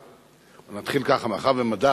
נתחיל ככה: מאחר שמדע